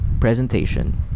presentation